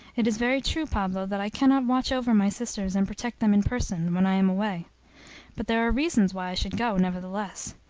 it is very true, pablo, that i can not watch over my sisters, and protect them in person, when i am away but there are reasons why i should go, nevertheless,